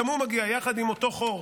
גם הוא מגיע יחד עם אותו חור,